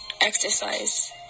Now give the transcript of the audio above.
exercise